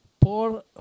por